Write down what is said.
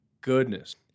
goodness